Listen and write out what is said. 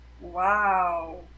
wow